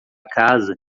casa